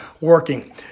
working